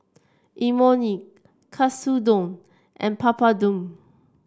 Imoni Katsudon and Papadum